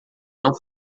não